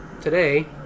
today